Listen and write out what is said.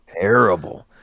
terrible